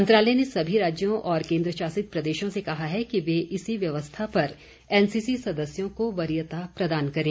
मंत्रालय ने सभी राज्यों और केंद्र शासित प्रदेशों से कहा है कि वे इसी व्यवस्था पर एनसीसी सदस्यों को वरीयता प्रदान करें